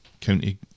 County